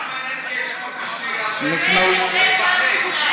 מיש מאוג'ודה,